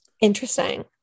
Interesting